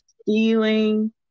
stealing